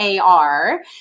AR